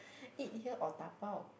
eat here or dabao